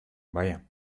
vaya